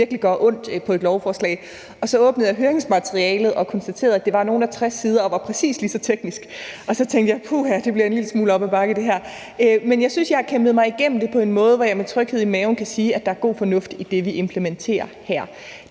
det virkelig gør ondt. Så åbnede jeg høringsmaterialet og konstaterede, at det var på omkring 60 sider, og at det var præcis lige så teknisk. Og så tænkte jeg: Puha, det her bliver en lille smule op ad bakke. Men jeg synes, jeg har kæmpet mig igennem det på en måde, så jeg med tryghed i maven kan sige, at der er god fornuft i det, vi implementerer her,